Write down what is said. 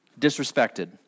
disrespected